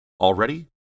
Already